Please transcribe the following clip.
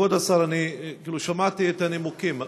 כבוד השר, אני שמעתי את הנימוקים.